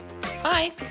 bye